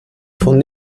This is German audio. von